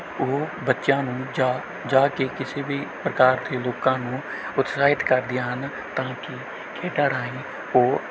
ਉਹ ਬੱਚਿਆਂ ਨੂੰ ਜਾ ਜਾ ਕੇ ਕਿਸੇ ਵੀ ਪ੍ਰਕਾਰ ਦੇ ਲੋਕਾਂ ਨੂੰ ਉਤਸ਼ਾਹਿਤ ਕਰਦੀਆਂ ਹਨ ਤਾਂ ਕਿ ਖੇਡਾਂ ਰਾਹੀਂ ਉਹ